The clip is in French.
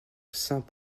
saint